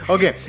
Okay